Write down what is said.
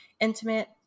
intimate